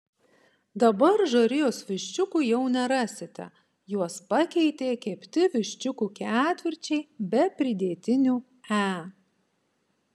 dabar žarijos viščiukų jau nerasite juos pakeitė kepti viščiukų ketvirčiai be pridėtinių e